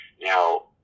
Now